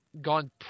gone